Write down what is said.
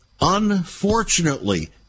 unfortunately